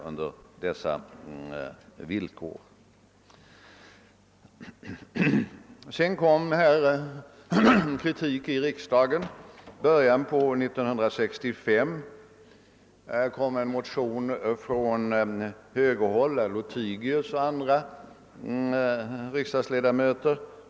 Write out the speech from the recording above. I början av år 1965 framfördes kritik i riksdagen, bl.a. i en motion från högerhåll av herr Lothigius och andra riksdagsledamöter.